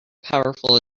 powerful